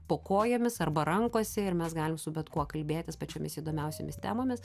po kojomis arba rankose ir mes galim su bet kuo kalbėtis pačiomis įdomiausiomis temomis